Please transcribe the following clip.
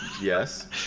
Yes